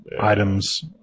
items